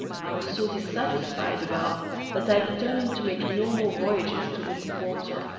i was so dissatisfied about that i determined to make no more voyages to this quarter,